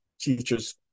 teachers